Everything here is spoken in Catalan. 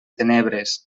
tenebres